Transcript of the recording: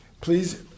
please